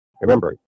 Remember